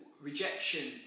Rejection